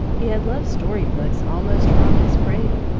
he had loved story books almost from his cradle,